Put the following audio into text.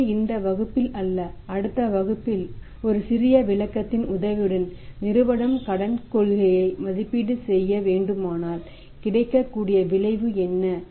எனவே இந்த வகுப்பில் அல்ல அடுத்த வகுப்பில் ஒரு சிறிய விளக்கத்தின் உதவியுடன் நிறுவனம் கடன் கொள்கையை மதிப்பீடு செய்ய வேண்டுமானால் கிடைக்கக்கூடிய விளைவு என்ன